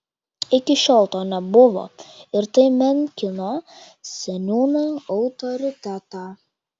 iki šiol to nebuvo ir tai menkino seniūno autoritetą